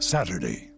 Saturday